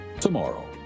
Tomorrow